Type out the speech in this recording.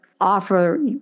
offer